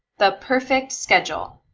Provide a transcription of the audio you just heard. the perfect schedule